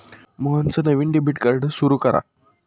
मोहनचं नवं debit card सुरू करा